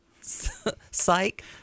Psych